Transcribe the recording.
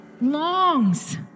longs